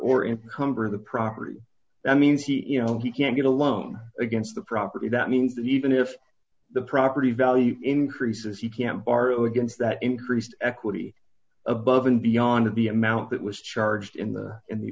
or income for the property that means he you know he can't get a loan against the property that means that even if the property value increases he can borrow against that increased equity above and beyond the amount that was charged in the in the